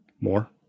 More